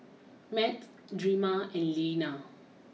Matt Drema and Lena